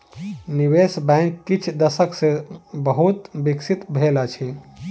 निवेश बैंक किछ दशक सॅ बहुत विकसित भेल अछि